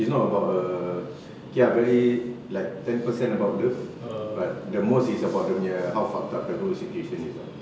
it's not about a okay ah very like ten per cent about love like the most is about dia punya how fucked up the whole situation is ah